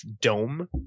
dome